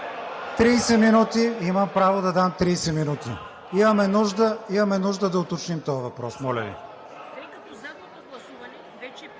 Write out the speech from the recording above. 30 минути. Имам право да дам 30 минути. Имаме нужда да уточним този въпрос,